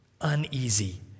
uneasy